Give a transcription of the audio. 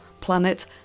planet